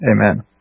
Amen